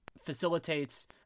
facilitates